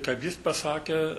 kad jis pasakė